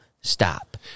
Stop